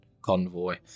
convoy